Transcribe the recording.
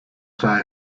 think